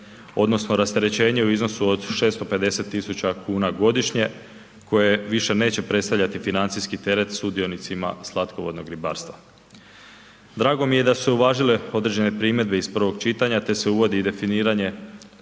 odnosno rasterećenje u iznosu od 650.000 kuna godišnje koje više neće predstavljati financijski teret sudionicima slatkovodnog ribarstva. Drago mi je da su se uvažile određene primjedbe iz prvog čitanja te se uvodi i definiranje